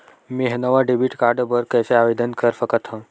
मेंहा नवा debit card बर कैसे आवेदन कर सकथव?